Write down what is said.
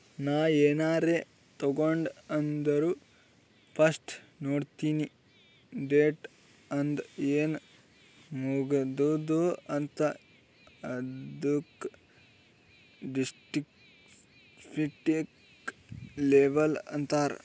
ನಾ ಏನಾರೇ ತಗೊಂಡ್ ಅಂದುರ್ ಫಸ್ಟ್ ನೋಡ್ತೀನಿ ಡೇಟ್ ಅದ ಏನ್ ಮುಗದೂದ ಅಂತ್, ಅದುಕ ದಿಸ್ಕ್ರಿಪ್ಟಿವ್ ಲೇಬಲ್ ಅಂತಾರ್